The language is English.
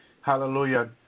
Hallelujah